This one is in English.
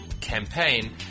campaign